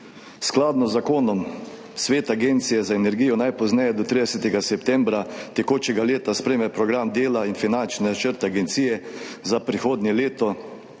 Skladno z zakonom svet Agencije za energijo najpozneje do 30. septembra tekočega leta sprejme program dela in finančni načrt agencije za prihodnje leto